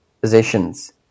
positions